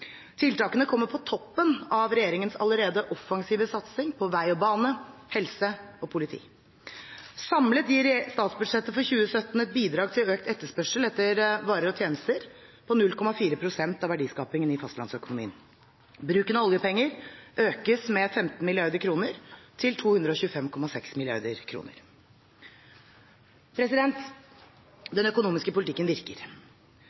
Tiltakene kommer på toppen av regjeringens allerede offensive satsing på vei og bane, helse og politi. Samlet sett gir statsbudsjettet for 2017 et bidrag til økt etterspørsel etter varer og tjenester på 0,4 pst. av verdiskapingen i fastlandsøkonomien. Bruken av oljepenger økes med 15 mrd. kr, til 225,6 mrd. kr. Den økonomiske politikken virker.